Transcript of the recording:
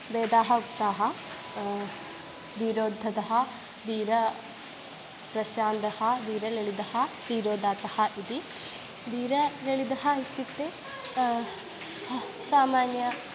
भेदाः उक्ताः धीरोद्धतः धीरप्रशान्तः धीरललितः धीरोदात्तः इति धीरललितः इत्युक्ते सा सामान्य